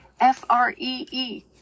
F-R-E-E